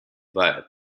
wire